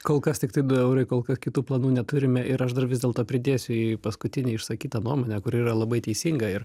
kol kas tiktai du eurai kol kas kitų planų neturime ir aš dar vis dėlto pridėsiu į paskutinę išsakytą nuomonę kuri yra labai teisinga ir